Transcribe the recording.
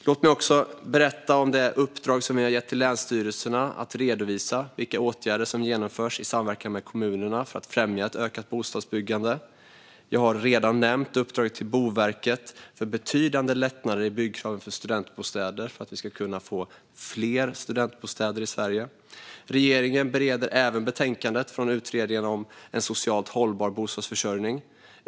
Låt mig också berätta om det uppdrag som jag har gett till länsstyrelserna att redovisa vilka åtgärder som genomförs i samverkan med kommunerna för att främja ett ökat bostadsbyggande. Jag har redan nämnt uppdraget till Boverket för betydande lättnader i byggkraven för studentbostäder, för att det ska bli fler studentbostäder i Sverige. Regeringen bereder även betänkandet av utredningen om en socialt hållbar bostadsförsörjning.